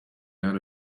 out